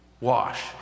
Wash